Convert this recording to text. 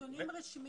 אלה נתונים רשמיים,